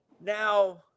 now